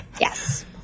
Yes